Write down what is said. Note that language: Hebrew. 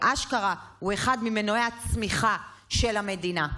ואשכרה הוא אחד ממנועי הצמיחה של המדינה?